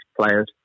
players